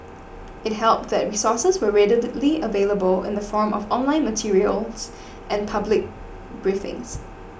it helped that resources were readily available in the form of online materials and public briefings